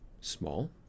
small